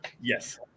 Yes